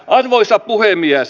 arvoisa puhemies